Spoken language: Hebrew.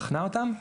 בחנה אותם,